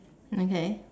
okay